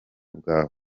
bwawe